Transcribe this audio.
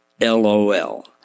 L-O-L